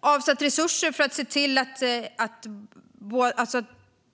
avsatt resurser för att se till att